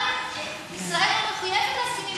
אבל ישראל לא מחויבת להסכמים